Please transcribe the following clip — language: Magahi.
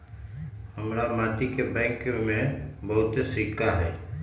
हमरा माटि के बैंक में बहुते सिक्का हई